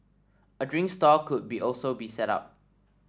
a drink stall could be also be set up